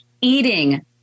eating